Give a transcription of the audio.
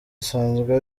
asanzwe